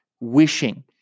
wishing